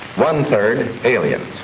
one-third aliens.